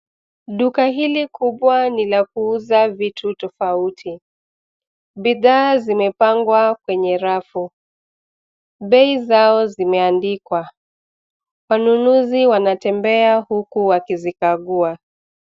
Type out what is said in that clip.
Duka hili kubwa ni la kuuza vitu tofauti. Bidhaa zimepangwa kwenye rafu. Bei zao zimeandikwa. Wanunuzi wanatembea huku wakizikagua.